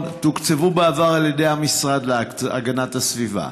תוקצבו בעבר על ידי המשרד להגנת הסביבה.